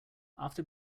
after